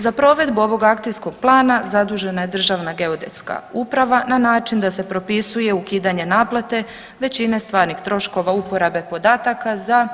Za provedbu ovog akcijskog plana zadužena je DGU na način da se propisuje ukidanje naplate većine stvarnih troškova uporabe podataka za